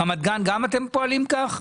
ברמת גן אתם גם פועלים כך?